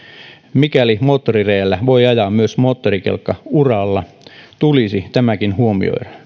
mikäli moottorireellä voi ajaa myös moottorikelkkauralla tulisi tämäkin huomioida